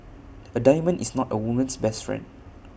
A diamond is not A woman's best friend